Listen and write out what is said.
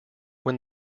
when